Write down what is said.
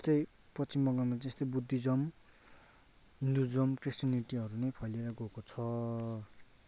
त्यस्तै पश्चिम बङ्गालमा त्यस्तै बुद्धिज्म हिन्दुज्म क्रिस्टिनिटीहरू नै फैलिएर गएको छ